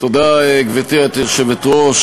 גברתי היושבת-ראש,